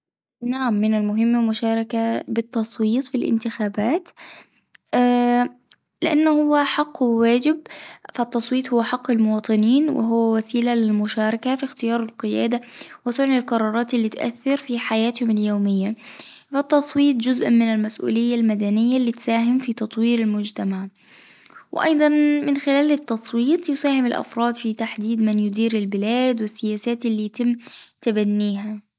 نعم من المهم المشاركة بالتصويت في الانتخابات لإنه هو حق وواجب، فالتصويت هو حق المواطنين وهو وسيلة للمشاركة في اختيار القيادة وصنع القرارات اللي تؤثر في حياتهم اليومية، والتصويت جزء من المسؤولية المدنية اللي تساهم في تطوير المجتمع، وأيضًا من خلال التصويت يساهم الافراد في تحديد من يدير البلاد والسياسات اللي يتم تبنيها.